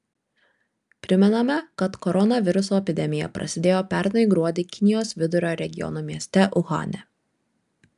primename kad koronaviruso epidemija prasidėjo pernai gruodį kinijos vidurio regiono mieste uhane